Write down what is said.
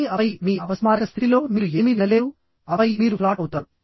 కానీ ఆపై మీ అపస్మారక స్థితిలో మీరు ఏమీ వినలేరు ఆపై మీరు ఫ్లాట్ అవుతారు